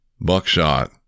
Buckshot